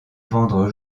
vendre